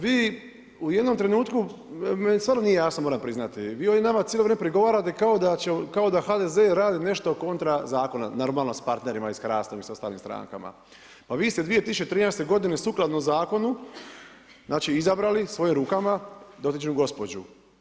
Vi u jednom trenutku, meni stvarno nije jasno moram priznati, vi ovdje nama cijelo vrijeme prigovarate kao da HDZ radi nešto kontra zakona, normalno s partnerima iz HRAST-a i ostalim strankama, a vi ste 2013. godine sukladno zakonu, znači izabrali svojim rukama dotičnu gospođu.